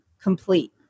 complete